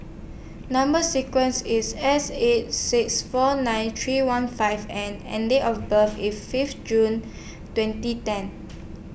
Number sequence IS S eight six four nine three one five N and Date of birth IS Fifth June twenty ten